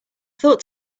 thought